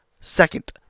second